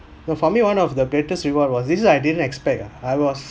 no for me one of the greatest reward was this is I didn't expect ah I was